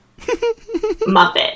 muppet